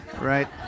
right